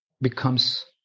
becomes